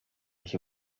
nicht